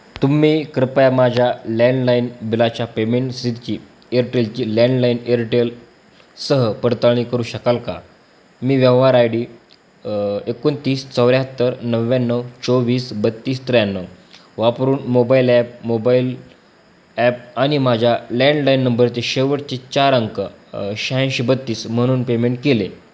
तुम्ही कृपया माझ्या लँडलाइन बिलाच्या पेमेंट सितची एअरटेलची लँडलाईन एअरटेल सह पडताळणी करू शकाल का मी व्यवहार आय डी एकोणतीस चौऱ्याहत्तर नव्याण्णव चोवीस बत्तीस त्र्याण्णव वापरून मोबाईल ॲप मोबाईल ॲप आणि माझ्या लँडलाईन नंबरचे शेवटचे चार अंक शहाऐंशी बत्तीस म्हणून पेमेंट केले